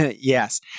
Yes